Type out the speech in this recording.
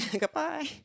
Goodbye